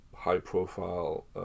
high-profile